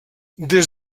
des